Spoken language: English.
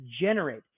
generate